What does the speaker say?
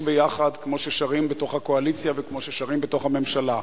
ביחד כמו ששרים בתוך הקואליציה וכמו ששרים בתוך הממשלה.